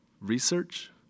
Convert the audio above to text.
research